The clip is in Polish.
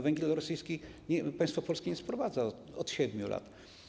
Węgla rosyjskiego państwo polskie nie sprowadza od 7 lat.